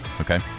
Okay